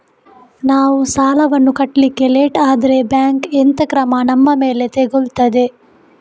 ನಾವು ಸಾಲ ವನ್ನು ಕಟ್ಲಿಕ್ಕೆ ಲೇಟ್ ಆದ್ರೆ ಬ್ಯಾಂಕ್ ಎಂತ ಕ್ರಮ ನಮ್ಮ ಮೇಲೆ ತೆಗೊಳ್ತಾದೆ?